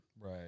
Right